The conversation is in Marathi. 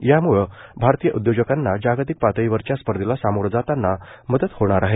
याम्ळं भारतीय उद्योजकांना जागतिक पातळीवरच्या स्पर्धेला सामोरे जाताना मदत होणार आहे